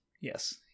Yes